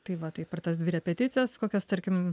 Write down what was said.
tai va tai per tas dvi repeticijas kokias tarkim